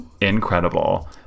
incredible